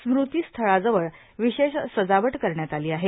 स्मृती स्थळाजवळ विशेष सजावट करण्यात आली आहे